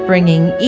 Bringing